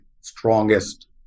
strongest